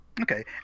Okay